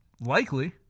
likely